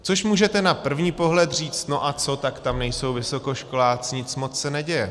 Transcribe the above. Což můžete na první pohled říct no a co, tak tam nejsou vysokoškoláci, nic moc se neděje.